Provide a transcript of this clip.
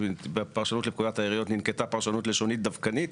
בפרשנות לפקודת העיריות ננקטה פרשנות לשונית דווקנית,